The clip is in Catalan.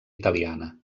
italiana